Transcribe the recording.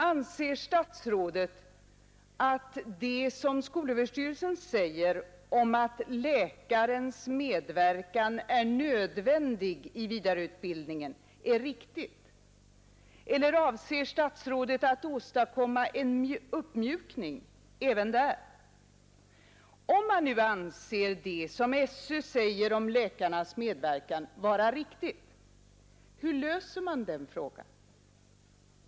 Anser statsrådet att skolöverstyrelsens uttalande att läkarens medverkan är nödvändig i vidareutbildningen är riktigt? Eller avser statsrådet att åstadkomma en uppmjukning även där? Om man nu anser att vad SÖ säger om läkarnas medverkan är riktigt, hur löser man då den frågan?